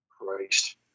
Christ